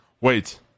Wait